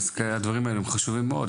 הדברים האלה הם חשובים מאוד,